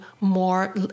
more